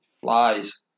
flies